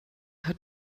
hat